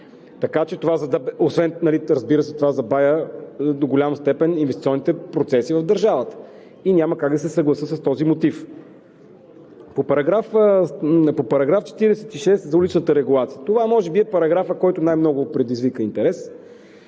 акт, освен това, разбира се, това забавя до голяма степен инвестиционните процеси в държавата. Няма как да се съглася с този мотив. По § 46 за уличната регулация. Това може би е параграфът, който най-много предизвика интерес.